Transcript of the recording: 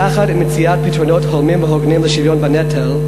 יחד עם מציאת פתרונות הולמים והוגנים לשוויון בנטל,